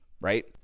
right